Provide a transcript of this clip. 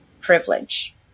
privilege